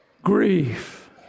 grief